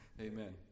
Amen